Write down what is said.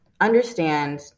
understand